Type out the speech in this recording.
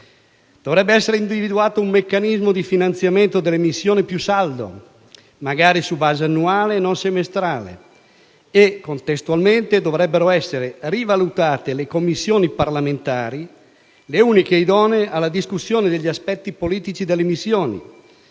Dovrebbe essere individuato un meccanismo di finanziamento delle missioni più saldo, magari su base annuale e non semestrale, e contestualmente dovrebbero essere rivalutate le Commissioni parlamentari, le uniche idonee alla discussione degli aspetti politici delle missioni,